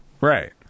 Right